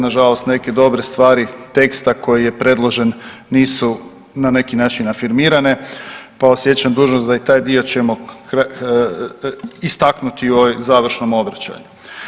Nažalost neke dobre stvari teksta koji je predložen nisu na neki način afirmirane, pa osjećam dužnost da i taj dio istaknuti u ovom završnom obraćanju.